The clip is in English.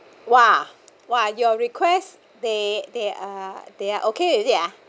!wah! !wah! your request they they are they are okay with it ah